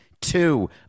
Two